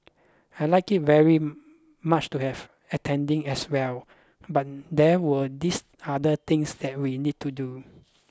I'd like it very much to have attended as well but there were these other things that we need to do